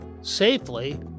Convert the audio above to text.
safely